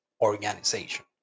organization